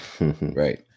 Right